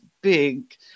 big –